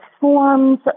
forms